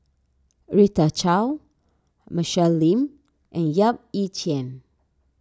Rita Chao Michelle Lim and Yap Ee Chian